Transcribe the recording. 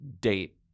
date